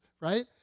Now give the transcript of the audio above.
right